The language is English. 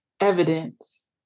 evidence